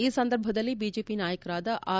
ಈ ಸಂದರ್ಭದಲ್ಲಿ ಬಿಜೆಪಿ ನಾಯಕರಾದ ಆರ್